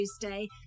Tuesday